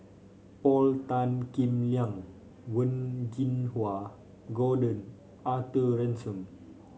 Paul Tan Kim Liang Wen Jinhua Gordon Arthur Ransome